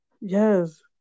Yes